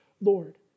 Lord